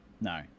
no